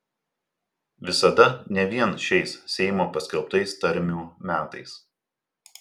visada ne vien šiais seimo paskelbtais tarmių metais